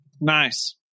Nice